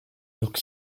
york